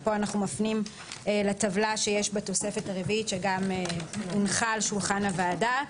פה אנו מפנים לטבלה שיש בתוספת הרביעית שגם הונחה על שולחן הוועדה.